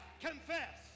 confess